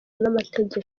n’amategeko